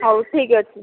ହଉ ଠିକ୍ ଅଛି